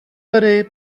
tedy